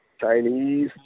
Chinese